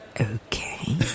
Okay